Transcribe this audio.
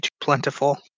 plentiful